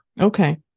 Okay